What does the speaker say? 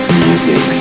music